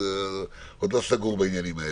אני עוד לא סגור בעניינים האלה.